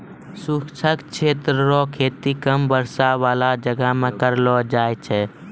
शुष्क क्षेत्र रो खेती कम वर्षा बाला जगह मे करलो जाय छै